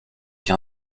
qui